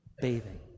bathing